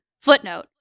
Footnote